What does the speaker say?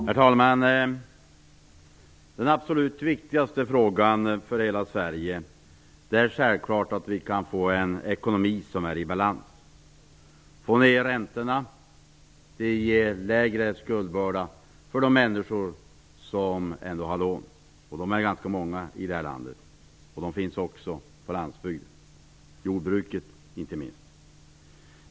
Herr talman! Den absolut viktigaste frågan för hela Sverige är självfallet att vi kan få en ekonomi som är i balans, få ned räntorna och därmed ge lägre skuldbörda för de människor som har lån. De är ganska många i detta land, och de finns också på landsbygden, inte minst inom jordbruket.